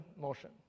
motion